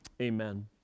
Amen